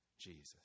Jesus